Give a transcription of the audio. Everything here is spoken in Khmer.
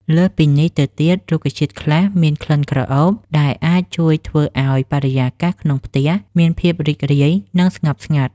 លើសពីនេះទៅទៀត រុក្ខជាតិខ្លះមានក្លិនក្រអូប ដែលអាចជួយធ្វើឲ្យបរិយាកាសក្នុងផ្ទះមានភាពរីករាយ និងស្ងប់ស្ងាត់។